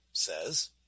Says